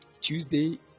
Tuesday